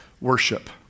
worship